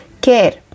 Care